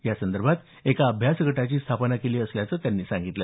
यासंदर्भात एका अभ्यास गटाची स्थापना केली असल्याचं त्यांनी सांगितलं